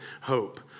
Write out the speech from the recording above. hope